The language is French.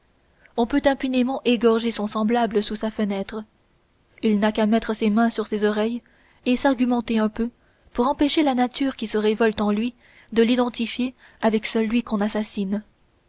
on peut impunément égorger son semblable sous sa fenêtre il n'a qu'à mettre ses mains sur ses oreilles et s'argumenter un peu pour empêcher la nature qui se révolte en lui de l'identifier avec celui qu'on assassine